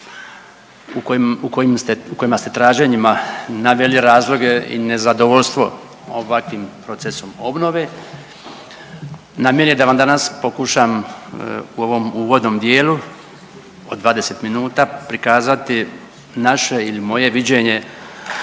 u kojima ste traženjima naveli razloge i nezadovoljstvo ovakvim procesom obnove namjera mi je da vam danas pokušam u ovom uvodnom dijelu od 20 minuta prikazati naše ili moje viđenje